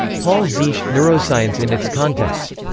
paul ziche neuroscience in its context.